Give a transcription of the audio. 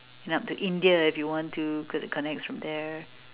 ya to India if you want to cause it connects from there